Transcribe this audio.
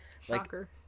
Shocker